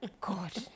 God